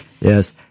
Yes